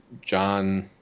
John